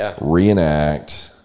reenact